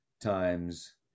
times